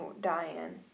Diane